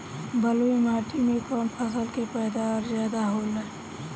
बालुई माटी में कौन फसल के पैदावार ज्यादा होला?